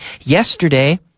Yesterday